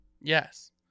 Yes